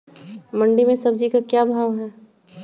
मंडी में सब्जी का क्या भाव हैँ?